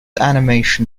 animation